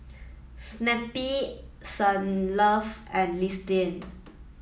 Snapple Saint Love and Listerine